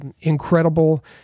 incredible